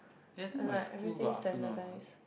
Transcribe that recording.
eh I think my school got afternoon or not lah